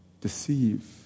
deceive